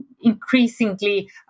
increasingly